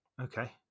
okay